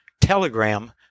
telegram